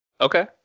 okay